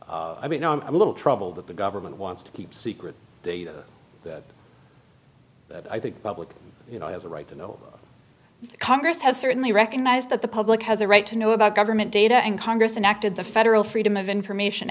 but i mean i'm a little troubled that the government wants to keep secret data that i think public you know i have a right to know congress has certainly recognized that the public has a right to know about government data and congress enacted the federal freedom of information